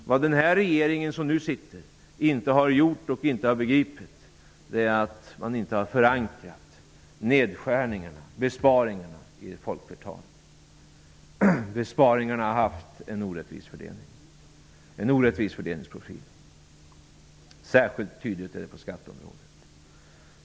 Vad sittande regering inte har gjort och inte har begripit är att man inte har förankrat nedskärningarna, besparingarna, hos folkflertalet. Besparingarna har haft en orättvis fördelning, en orättvis fördelningsprofil. Särskilt tydligt är detta på skatteområdet.